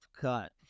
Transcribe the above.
cut